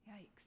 Yikes